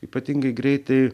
ypatingai greitai